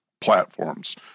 platforms